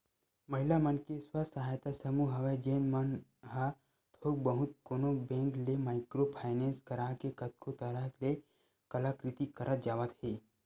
महिला मन के स्व सहायता समूह हवय जेन मन ह थोक बहुत कोनो बेंक ले माइक्रो फायनेंस करा के कतको तरह ले कलाकृति करत जावत हे